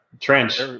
trench